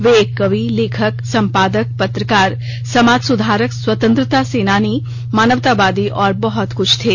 वे एक कवि लेखक संपादक पत्रकार समाज सुधारक स्वतंत्रता सेनानी मानवतावादी और बहत कुछ थे